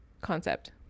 concept